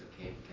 okay